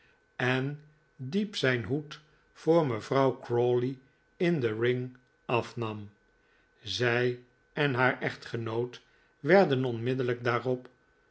en diep zijn hoed voor mevrouw crawley in de ring afnam zij en haar echtgenoot werden onmiddellijk daarop